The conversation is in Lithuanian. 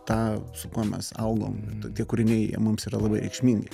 tą su kuo mes augom tie kūriniai jie mums yra labai reikšmingi